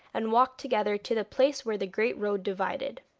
and walked together to the place where the great road divided.